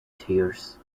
tears